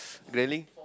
really